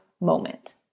moment